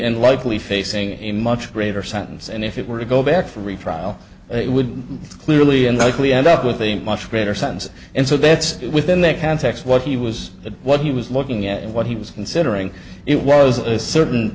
and likely facing a much greater sentence and if it were to go back for retrial it would clearly in the likely end up with a much greater sentence and so that's within that context what he was that what he was looking at and what he was considering it was a certain